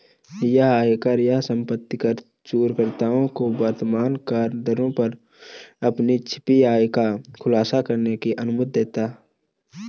यह आयकर या संपत्ति कर चूककर्ताओं को वर्तमान करदरों पर अपनी छिपी आय का खुलासा करने की अनुमति देगा